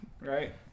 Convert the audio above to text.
right